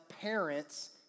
parents